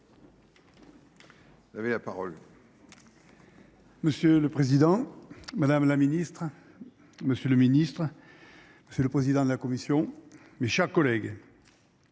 Vous avez la parole. Monsieur le Président Madame la Ministre. Monsieur le Ministre. C'est le président de la commission mais chaque collègue.